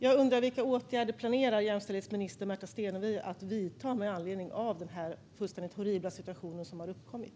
Jag undrar: Vilka åtgärder planerar jämställdhetsminister Märta Stenevi att vidta med anledning av den här fullständigt horribla situationen som har uppkommit?